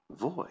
void